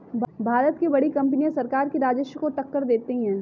भारत की बड़ी कंपनियां सरकार के राजस्व को टक्कर देती हैं